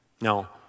Now